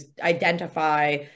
identify